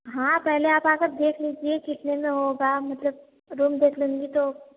हाँ पहले आप आकर देख लीजिये कितने में होगा मतलब रूम देख लूंगी तो